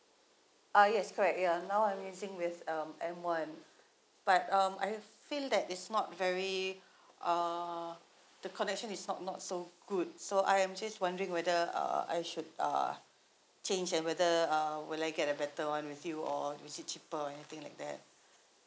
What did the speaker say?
uh yes correct ya now I'm using with um M one but um I feel that it's not very uh the connection is not not so good so I am just wondering whether uh I should uh change and whether uh will I get a better one with you or is it cheaper anything like that